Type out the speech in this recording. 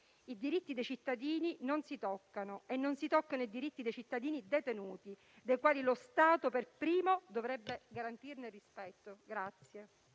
I diritti dei cittadini non si toccano e non si toccano i diritti dei cittadini detenuti, dei quali lo Stato per primo dovrebbe garantirne il rispetto.